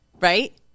right